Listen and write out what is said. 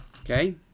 Okay